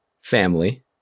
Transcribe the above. family